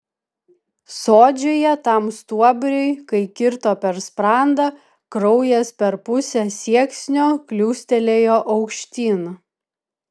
sodžiuje tam stuobriui kai kirto per sprandą kraujas per pusę sieksnio kliūstelėjo aukštyn